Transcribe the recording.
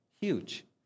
Huge